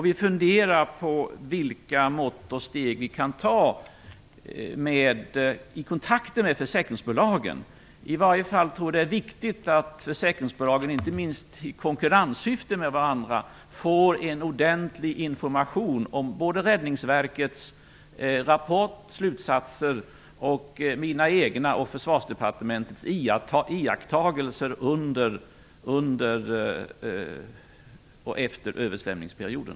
Vi funderar på vilka mått och steg vi kan ta i kontakter med försäkringsbolagen. Jag tror i varje fall att det är viktigt att försäkringsbolagen, inte minst i konkurrenssyfte, får en ordentlig information både om Räddningsverkets rapport och slutsatser och om mina egna och Försvarsdepartementets iakttagelser under och efter översvämningsperioden.